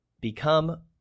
become